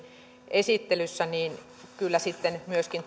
esittelyssä kyllä sitten myöskin